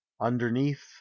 underneath